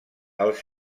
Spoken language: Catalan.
els